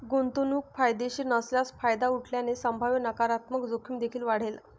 गुंतवणूक फायदेशीर नसल्यास फायदा उठवल्याने संभाव्य नकारात्मक जोखीम देखील वाढेल